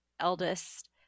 eldest